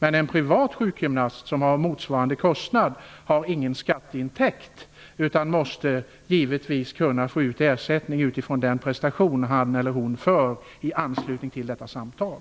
En privat sjukgymnast som har motsvarande kostnad har dock ingen skatteintäkt utan måste givetvis kunna få ut ersättning för den prestation som han eller hon utför genom detta samtal.